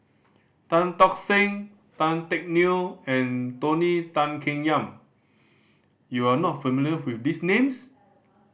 Tan Tock Seng Tan Teck Neo and Tony Tan Keng Yam you are not familiar with these names